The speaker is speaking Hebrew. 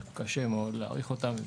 קשה מאוד להעריך אותם,